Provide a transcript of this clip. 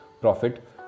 profit